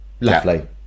Lovely